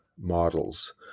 models